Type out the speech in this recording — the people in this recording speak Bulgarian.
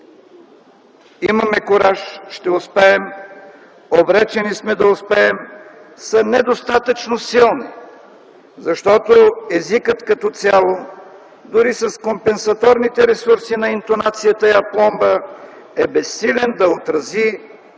„имаме кураж”, „ще успеем”, „обречени сме да успеем” са недостатъчно силни, защото езикът като цяло, дори с компенсаторните ресурси на интонацията и апломба, е безсилен да отрази